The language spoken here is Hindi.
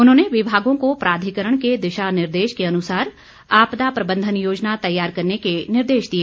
उन्होंने विभागों को प्राधिकरण के दिशा निर्देश के अनुसार आपदा प्रबंधन योजना तैयार करने के निर्देश दिए